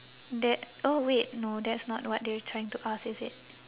that oh wait no that's not what they're trying to ask is it